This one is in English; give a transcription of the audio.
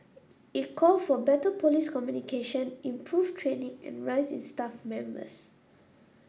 it called for better police communication improved training and rise in staff numbers